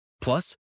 Plus